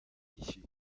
guichet